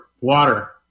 water